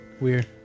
Weird